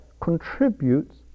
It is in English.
contributes